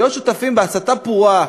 להיות שותפים בהסתה פרועה